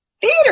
theater